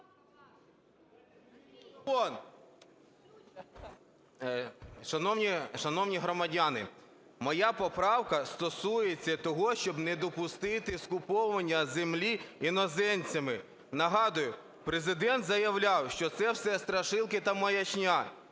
Шановні громадяни, моя поправка стосується того, щоби не допустити скуповування землі іноземцями. Нагадую, Президент заявляв, що це все страшилки та маячня.